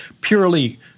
Purely